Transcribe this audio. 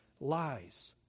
lies